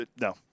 No